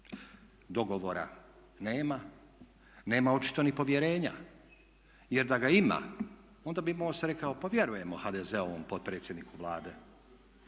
Dogovora nema, nema očito ni povjerenja. Jer da ga ima onda bi MOST rekao pa vjerujemo HDZ-ovom potpredsjedniku Vlade.